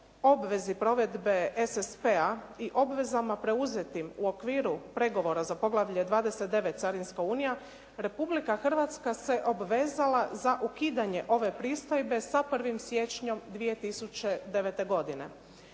obvezi provedbe SSP-a i obvezama preuzetim u okviru pregovora za poglavlje 29. carinska unija Republika Hrvatska se obvezala za ukidanje ove pristojbe za 1. siječnjom 2009. godine.